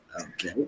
Okay